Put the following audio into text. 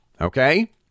Okay